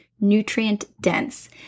nutrient-dense